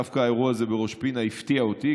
דווקא האירוע הזה בראש פינה הפתיע אותי,